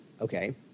Okay